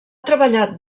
treballat